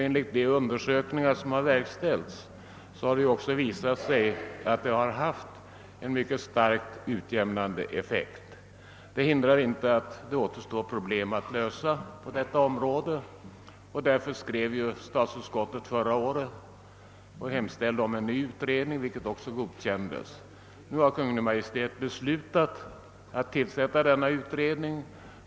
Enligt de undersökningar som verkställts har stödet också haft en starkt utjämnande effekt. Det hindrar inte att det återstår problem att lösa på detta område. Därför hemställde också statsutskottet förra året om en ny utredning, och denna hemställan bifölls av riksdagen. Kungl. Maj:t har nu beslutat att tillsätta denna utredning.